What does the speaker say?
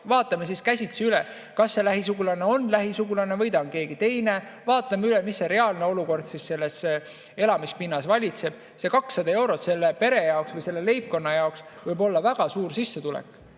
vaatame käsitsi üle, kas see [sissekirjutatu] on lähisugulane või ta on keegi teine. Vaatame üle, mis reaalne olukord sellel elamispinnal valitseb. 200 eurot selle pere jaoks või selle leibkonna jaoks võib olla väga suur sissetulek.